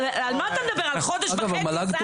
על מה אתה מדבר, על חודש וחצי שר?